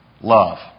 love